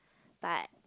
but